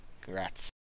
Congrats